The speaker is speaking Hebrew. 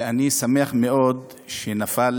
ואני שמח מאוד שנפל